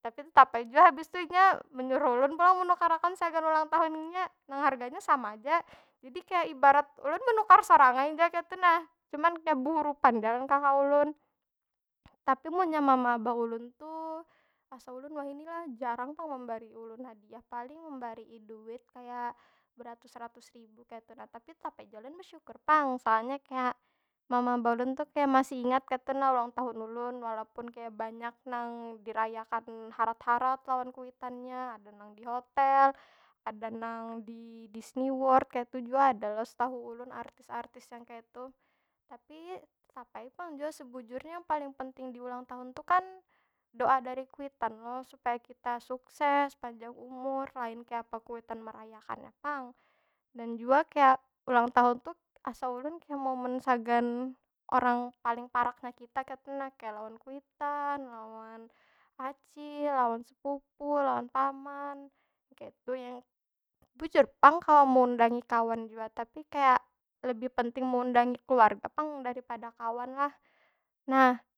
Tapi tetap ai jua hais itu inya menyuruh ulun pulang menukarakan sagan ulang tahun inya. Nang harganya sama aja. Jadi kaya ibarat ulun menukar sorang ja kaytu nah. Cuma kaya behurupan ja lawan kaka ulun. Tapi munnya mama abah ulun tu, asa ulun wahini lah jarang pang membari ulun hadiah. Paling membarii duit, kaya beratus- ratus ribu kaytu nah. Tapi tetap ai jua ulun besyukur pang, soalnya kaya, mama abah ulun tu kaya masih ingat kaytu nah ulang tahun ulun. Walaupun kaya banyak nang dirayakan harat- harat lawan kuitannya. Ada nang di hotel, ada nang di disney world, kaytu jua ada lo setau ulun artis- artis yang kaytu. Tapi, tetap ai pang jua sebujurnya yang paling penting di ulang tahun tu kan, doa dari kuitan lo. Supaya kita sukses, panjag umur, lain kayapa kuitan merayakannya pang. Dan jua kaya, ulang tahun tu asa ulun kaya momen sagan orang paling paraknya kita kaytu nah. Kaya lawan kuitan, lawan acil, lawan sepupu, lawan paman. Kaytu yang bujur pang kawa meundangi kawan jua, tapi kaya lebih penting meundangi keluarga pang daripada kawan lah. Nah.